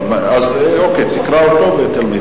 אוקיי, תקרא אותו ותלמד.